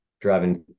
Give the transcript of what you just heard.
Driving